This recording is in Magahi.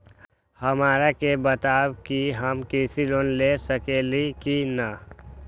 हमरा के बताव कि हम कृषि लोन ले सकेली की न?